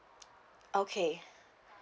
okay